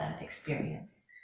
experience